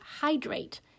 hydrate